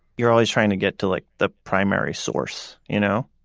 you're always trying to get to like the primary source, you know?